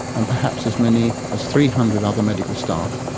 and perhaps as many as three hundred other medical staff,